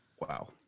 Wow